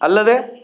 ಅಲ್ಲದೇ